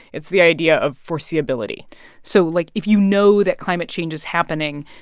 it's the idea of foreseeability so, like, if you know that climate change is happening,